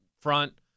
front